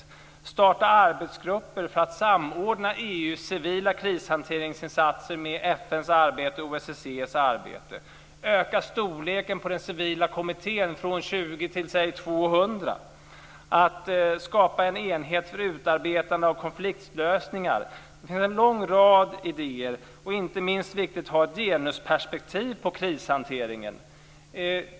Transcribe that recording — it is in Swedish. Man kan starta arbetsgrupper för att samordna EU:s civila krishanteringsinsatser med FN:s och OSSE:s arbete. Man kan öka storleken på den civila kommittén från 20 till säg 200. Man kan skapa en enhet för utarbetande av konfliktlösningar. Det finns en lång rad idéer. Inte minst är det viktigt att ha ett genusperspektiv på krishanteringen.